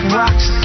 rocks